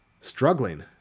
struggling